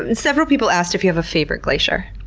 and several people asked if you have a favorite glacier.